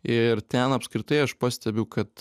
ir ten apskritai aš pastebiu kad